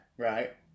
Right